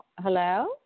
Hello